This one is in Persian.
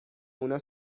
اونا